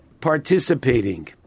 participating